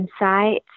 insights